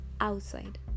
outside